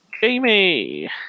Jamie